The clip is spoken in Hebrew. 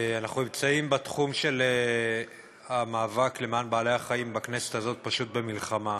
אנחנו נמצאים בתחום של המאבק למען בעלי-החיים בכנסת הזאת ממש במלחמה,